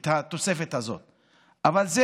אבל זה